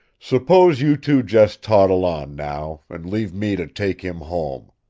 s'pose you two just toddle on, now, and leave me to take him home.